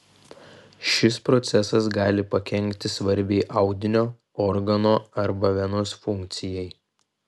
šis procesas gali pakenkti svarbiai audinio organo arba venos funkcijai